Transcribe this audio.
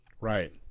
right